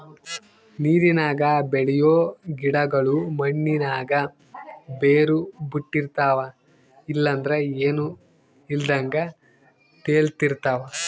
ನೀರಿನಾಗ ಬೆಳಿಯೋ ಗಿಡುಗುಳು ಮಣ್ಣಿನಾಗ ಬೇರು ಬುಟ್ಟಿರ್ತವ ಇಲ್ಲಂದ್ರ ಏನೂ ಇಲ್ದಂಗ ತೇಲುತಿರ್ತವ